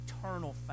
eternal